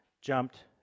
jumped